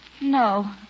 No